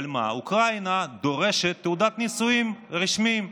אבל מה, אוקראינה דורשת תעודת נישואים רשמית,